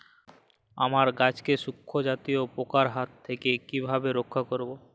আমার গাছকে শঙ্কু জাতীয় পোকার হাত থেকে কিভাবে রক্ষা করব?